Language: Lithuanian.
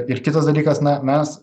ir kitas dalykas na mes